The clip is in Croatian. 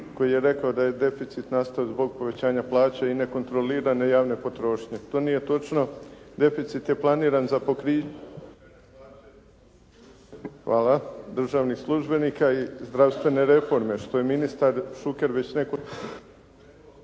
koji je rekao da je deficit nastao zbog povećanja plaće i nekontrolirane javne potrošnje. To nije točno. Deficit je planiran za pokriće …/Govornik se isključio, pa ponovno uključio./… hvala, državnih službenika i zdravstvene reforme, što je ministar Šuker …/Govornik